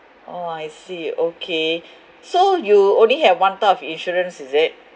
oh I see okay so you only have one type of insurance is it